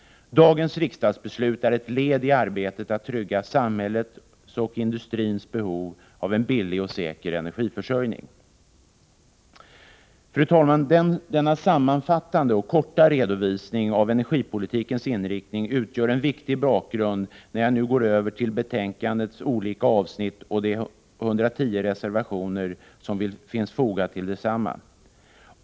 Dagens riksdagbeslut är ett led i att trygga samhällets och industrins behov av en billig och säker energiförsörjning. Fru talman! Denna sammanfattande och korta redovisning av energipolitikens inriktning utgör en viktig bakgrund när jag nu går över till betänkandets olika avsnitt och de 110 reservationer som finns fogade till detsamma.